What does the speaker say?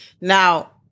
Now